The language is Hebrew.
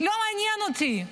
לא מעניין אותי.